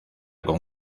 con